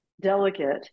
delicate